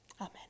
amen